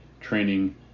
training